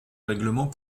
règlement